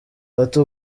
ati